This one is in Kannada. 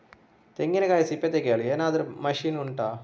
ತೆಂಗಿನಕಾಯಿ ಸಿಪ್ಪೆ ತೆಗೆಯಲು ಏನಾದ್ರೂ ಮಷೀನ್ ಉಂಟಾ